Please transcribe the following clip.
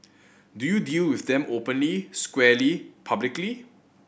do you deal with them openly squarely publicly